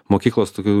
mokyklos tokių